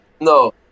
No